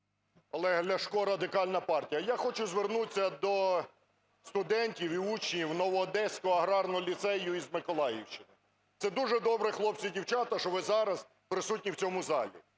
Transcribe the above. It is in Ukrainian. Олег Ляшко, Радикальна партія. Я хочу звернутися до студентів і учнів Новоодеського аграрного ліцею із Миколаївщини. Це дуже добре, хлопці і дівчата, що ви зараз присутні в цьому залі.